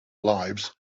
lives